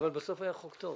שזה חוק מצוין,